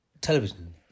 television